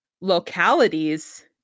localities